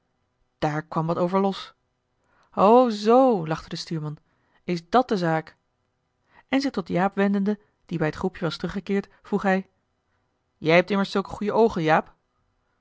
daar kwam wat over los o zoo lachte de stuurman is dàt de zaak en zich tot jaap wendende die bij het groepje was teruggekeerd vroeg hij jij hebt immers zulke goeie oogen jaap